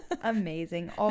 Amazing